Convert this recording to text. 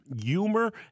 humor